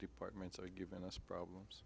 departments are given us problems